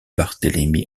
barthélémy